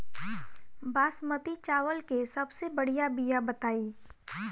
बासमती चावल के सबसे बढ़िया बिया बताई?